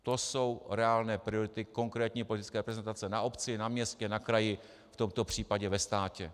To jsou reálné priority konkrétní politické reprezentaci na obci, na městě, na kraji, v tomto případě ve státě.